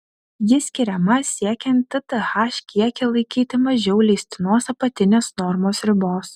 ji skiriama siekiant tth kiekį laikyti mažiau leistinos apatinės normos ribos